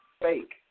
fake